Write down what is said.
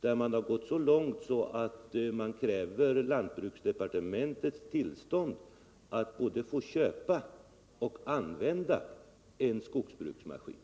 där man gått så långt att man kräver lantbruksdepartementets tillstånd både för att få köpa och för att få använda en skogsbruksmaskin.